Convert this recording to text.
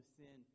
sin